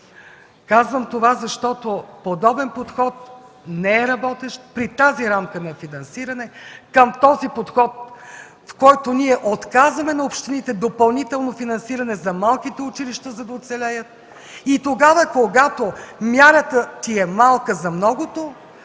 Казвам това, защото подобен подход не е работещ при тази рамка на финансиране, към този подход, в който ние отказваме на общините допълнително финансиране за малките училища, за да оцелеят. И когато мярата ти е малка за многото,